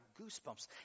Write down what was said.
goosebumps